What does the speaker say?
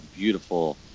beautiful